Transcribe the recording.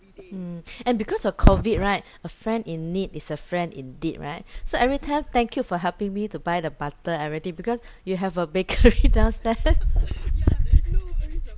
mm and because of COVID right a friend in need is a friend indeed right so every time thank you for helping me to buy the butter everything because you have a bakery downstairs